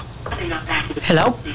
Hello